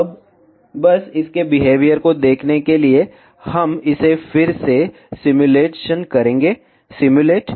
अब बस इसके बिहेवियर को देखने के लिए हम इसे फिर से सिमुलेशन करेंगे सिम्युलेट